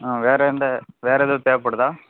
ஆ வேறு எந்த வேறு எதாவது தேவைப்படுதா